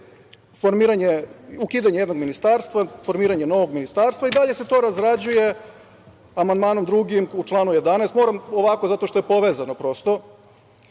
predviđa se ukidanje jednog ministarstva, formiranje novog ministarstva i dalje se to razrađuje amandmanom 2. u članu 11. Moram ovako zato što je povezano.